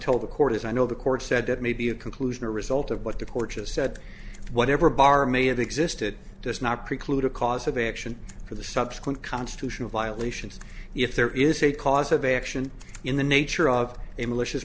tell the court as i know the court said it may be a conclusion a result of what the porches said whatever bar may have existed does not preclude a cause of action for the subsequent constitutional violations if there is a cause of action in the nature of a malicious